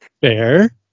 Fair